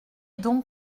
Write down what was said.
donc